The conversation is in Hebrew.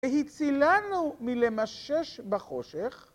והצילנו מלמשש בחושך.